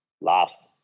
Last